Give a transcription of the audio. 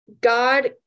God